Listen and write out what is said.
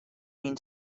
been